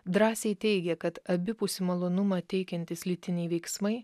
drąsiai teigia kad abipusį malonumą teikiantys lytiniai veiksmai